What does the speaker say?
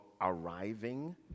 arriving